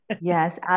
yes